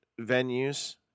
venues